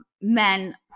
men